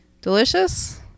delicious